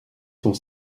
sont